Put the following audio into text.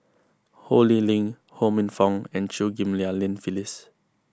Ho Lee Ling Ho Minfong and Chew Ghim Lian Phyllis